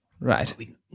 Right